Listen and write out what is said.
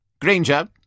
Granger